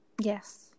Yes